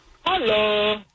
Hello